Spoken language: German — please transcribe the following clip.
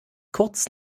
kurz